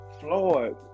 Floyd